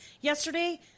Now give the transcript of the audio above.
yesterday